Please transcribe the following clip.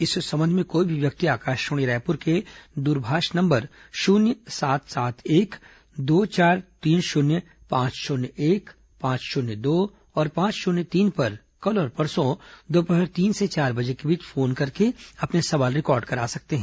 इस संबंध में कोई भी व्यक्ति आकाशवाणी रायपुर के दूरभाष नंबर शून्य सात सात एक दो चार तीन शून्य पांच शून्य एक पांच शून्य दो और पांच शून्य तीन पर कल और परसों दोपहर तीन से चार बजे के बीच फोन करके अपने सवाल रिकॉर्ड करा सकते हैं